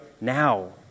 now